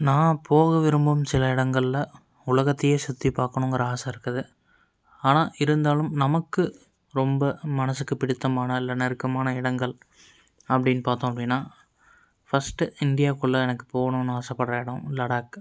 நான் போக விரும்பும் சில இடங்களில் உலகத்தையே சுற்றிப் பார்க்கணுங்கிற ஆசை இருக்குது ஆனால் இருந்தாலும் நமக்கு ரொம்ப மனதுக்கு பிடித்தமான இல்லை நெருக்கமான இடங்கள் அப்படின்னு பார்த்தோம் அப்படின்னா ஃபஸ்ட்டு இந்தியாவுக்குள்ள எனக்கு போகணுன்னு ஆசைப்பட்ற இடோம் லடாக்கு